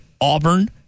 Auburn